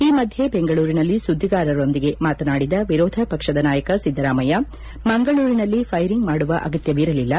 ಈ ಮಧ್ಯೆ ಬೆಂಗಳೂರಿನಲ್ಲಿ ಸುದ್ದಿಗಾರರೊಂದಿಗೆ ಮಾತನಾಡಿದ ವಿರೋಧ ಪಕ್ಷದ ನಾಯಕ ಸಿದ್ದರಾಮಯ್ಯ ಮಂಗಳೂರಿನಲ್ಲಿ ಫೈರಿಂಗ್ ಮಾಡುವ ಅಗತ್ತವಿರಲಿಲ್ಲ